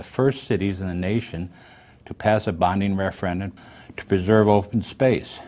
the first cities in the nation to pass a binding referendum to preserve open space